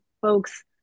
folks